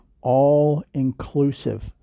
all-inclusive